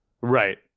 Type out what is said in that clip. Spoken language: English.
right